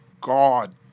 God